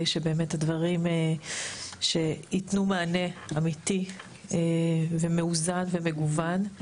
שבאמת הדברים יתנו מענה אמיתי ומאוזן ומגוון.